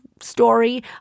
story